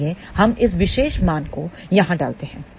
इसलिए हम इस विशेष मान को यहां डालते हैं